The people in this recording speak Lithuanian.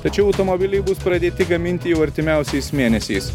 tačiau automobiliai bus pradėti gaminti jau artimiausiais mėnesiais